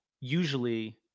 usually